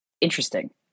Interesting